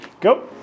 go